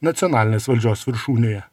nacionalinės valdžios viršūnėje